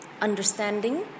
understanding